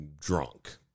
drunk